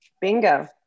bingo